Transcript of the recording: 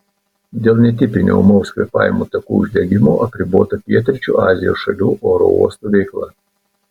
dėl netipinio ūmaus kvėpavimo takų uždegimo apribota pietryčių azijos šalių oro uostų veikla